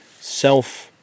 self